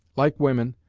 like women,